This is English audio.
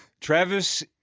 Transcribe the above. Travis